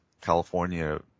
California